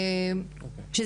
ישר כוח.